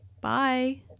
Bye